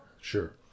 sure